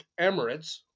Emirates